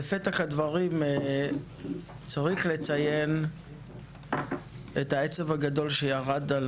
בפתח הדברים צריך לציין את העצב הגדול שירד על